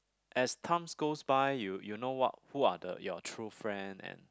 as time goes by you you know what who are the your true friend and